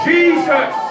Jesus